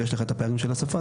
ויש לך את הפערים של השפה,